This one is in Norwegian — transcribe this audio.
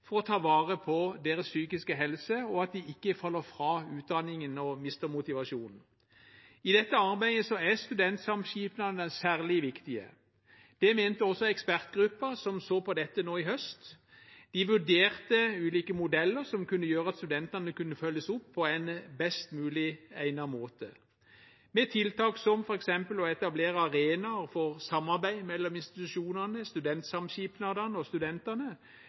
for å ta vare på deres psykiske helse, og at de ikke faller fra utdanningen og mister motivasjonen. I dette arbeidet er studentsamskipnadene særlig viktige. Det mente også ekspertgruppen som så på dette nå i høst. De vurderte ulike modeller som kunne gjøre at studentene kunne følges opp på en best mulig egnet måte, med tiltak som f.eks. å etablere arenaer for samarbeid mellom institusjonene, studentsamskipnadene og studentene hvor de sammen planlegger hvordan de best kan følge opp studentene,